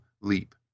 leap